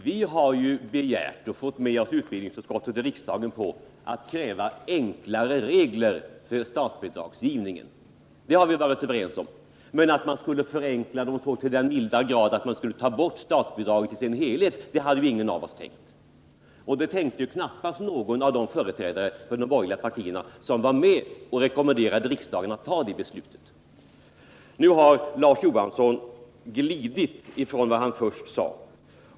Fru talman! Vi har krävt — och vi har fått med oss utbildningsutskottet i riksdagen på det — enklare regler för statsbidragsgivningen. Det har vi varit överens om. Men att man skulle förenkla så till den milda grad att man skulle ta bort statsbidraget i dess helhet hade ingen av oss tänkt. Och det tänkte knappast någon av de företrädare för de borgerliga partierna som var med och rekommenderade riksdagen att fatta det beslutet. Nu har Larz Johansson glidit från vad han först sade.